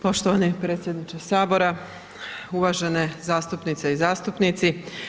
Poštovani predsjedniče Sabora, uvažene zastupnice i zastupnici.